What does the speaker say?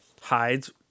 hides